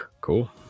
cool